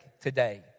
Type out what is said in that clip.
today